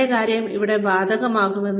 അതേ കാര്യം ഇവിടെ ബാധകമാകും